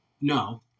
no